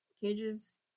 Cages